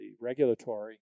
regulatory